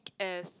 as